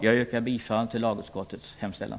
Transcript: Jag yrkar bifall till lagutskottets hemställan.